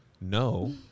No